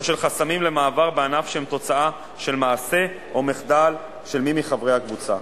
של חסמים למעבר בענף שהם תוצאה של מעשה או מחדל של מי מחברי הקבוצה,